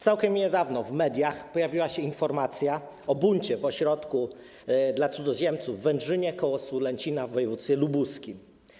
Całkiem niedawno w mediach pojawiła się informacja o buncie w ośrodku dla cudzoziemców w Wędrzynie koło Sulęcina w województwie lubuskim.